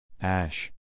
Ash